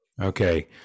Okay